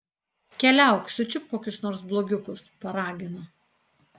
keliauk sučiupk kokius nors blogiukus paragino